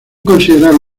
considerable